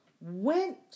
went